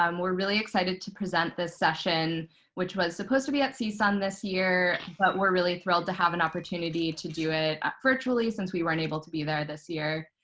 um we're really excited to present this session which was supposed to be at csun this year. but we're really thrilled to have an opportunity to do it ah virtually since we were unable to be there this year.